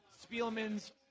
Spielman's